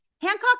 Hancock